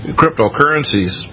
cryptocurrencies